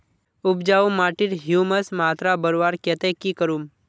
उपजाऊ माटिर ह्यूमस मात्रा बढ़वार केते की करूम?